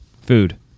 Food